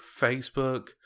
Facebook